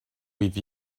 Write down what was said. with